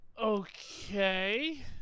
Okay